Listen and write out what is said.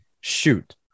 shoot